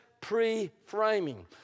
pre-framing